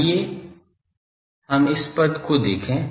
आइए हम इस पद को देखें